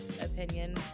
opinion